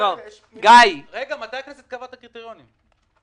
מתי הכנסת קבעה את הקריטריונים?